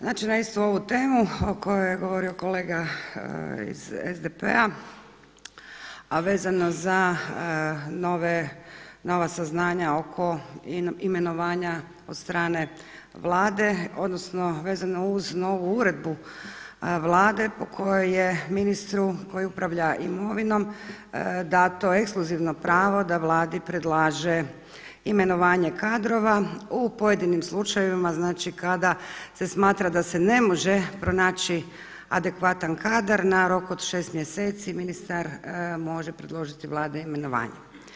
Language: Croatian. Znači na istu ovu temu o kojoj je govorio kolega iz SDP-a a vezano za nova saznanja oko imenovanja od strane Vlade, odnosno vezano uz novu uredbu Vlade po kojoj je ministru koji upravlja imovinom dano ekskluzivno pravo da Vladi predlaže imenovanje kadrova u pojedinim slučajevima, znači kada se smatra da se ne može pronaći adekvatan kadar na rok od 6 mjeseci, ministar može predložiti Vladi imenovanje.